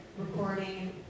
Recording